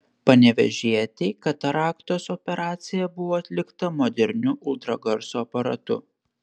panevėžietei kataraktos operacija buvo atlikta moderniu ultragarso aparatu